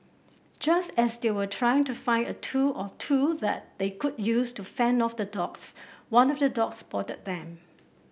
just as they were trying to find a tool or two that they could use to fend off the dogs one of the dogs spotted them